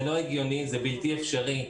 זה לא הגיוני, זה בלתי אפשרי.